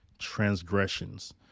transgressions